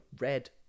Red